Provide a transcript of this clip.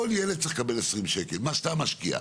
כל ילד צריך לקבל 20 שקל, מה שאתה משקיע.